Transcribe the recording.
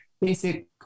basic